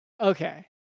Okay